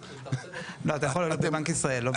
לבנק ישראל...